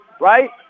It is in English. right